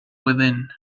within